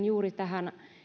juuri tähän